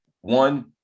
One